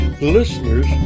listeners